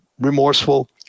remorseful